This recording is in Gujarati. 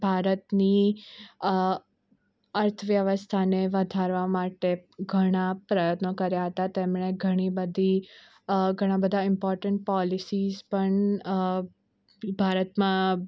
ભારતની અર્થવ્યવસ્થાને વધારવા માટે ઘણા પ્રયત્નો કર્યા હતા તેમણે ઘણી બધી ઘણા બધા ઇમપોર્ટન્ટ પોલિસીસ પણ ભારતમાં